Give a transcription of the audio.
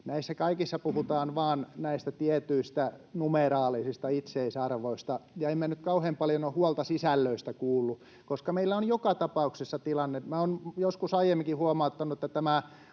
Näissä kaikissa puhutaan vain näistä tietyistä numeraalisista itseisarvoista, ja en minä nyt kauhean paljon ole huolta sisällöistä kuullut. Meillä on joka tapauksessa tilanne — minä olen joskus aiemminkin huomauttanut, vaikka